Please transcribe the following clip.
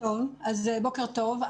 בוקר טוב.